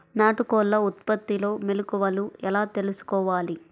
నాటుకోళ్ల ఉత్పత్తిలో మెలుకువలు ఎలా తెలుసుకోవాలి?